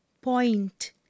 Point